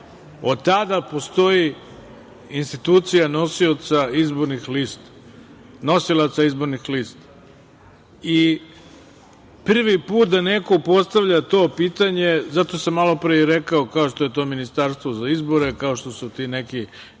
od tada postoji institucija nosilaca izbornih lista. Prvi put da neko postavlja to pitanje. Zato sam malopre i rekao, kao što je to ministarstvo za izbore, kao što su ti neki